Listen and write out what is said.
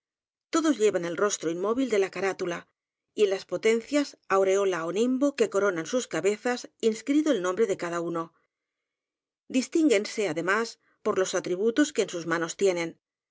todos llevan el rostro inmóvil de la carátula y en las potencias aureola ó nimbo que coronan sus cabezas inscrito el nom bre de cada uno distínguense además por los atri butos que en sus manos tienen